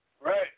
Right